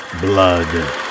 Blood